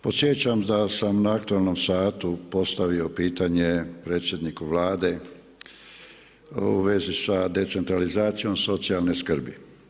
Podsjećam da sam na aktualnom satu postavio pitanje predsjedniku Vlade u vezi sa decentralizacijom socijalne skrbi.